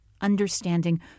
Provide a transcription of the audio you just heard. understanding